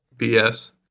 BS